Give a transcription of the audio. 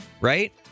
right